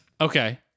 okay